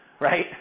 Right